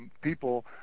people